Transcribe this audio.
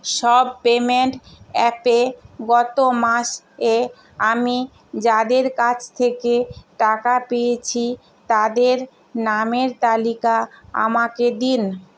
সব পেমেন্ট অ্যাপে গত মাস এ আমি যাদের কাছ থেকে টাকা পেয়েছি তাদের নামের তালিকা আমাকে দিন